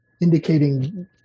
indicating